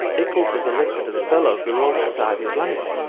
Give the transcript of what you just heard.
eccles was elected as a fellow of the royal society of london,